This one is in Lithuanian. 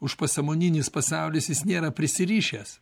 užpasąmoninis pasaulis jis nėra prisirišęs